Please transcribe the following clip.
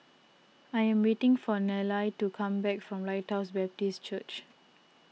I am waiting for Nellie to come back from Lighthouse Baptist Church